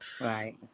Right